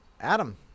Adam